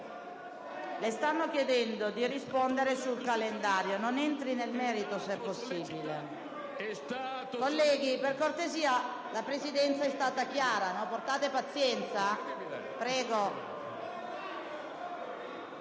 Le stanno chiedendo di rispondere sul calendario. Non entri nel merito delle questioni se è possibile. Colleghi, per cortesia, la Presidenza è stata chiara. Portate pazienza. Signor